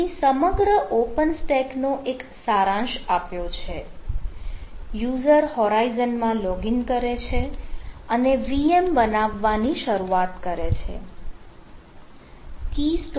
અહીં સમગ્ર OpenStack નો એક સારાંશ આપ્યો છે યુઝર હોરાઇઝન માં લોગીન કરે છે અને VM બનાવવાની શરૂઆત કરે છે